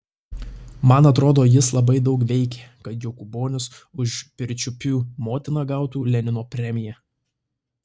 man atrodo jis labai daug veikė kad jokūbonis už pirčiupių motiną gautų lenino premiją